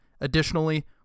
Additionally